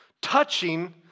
Touching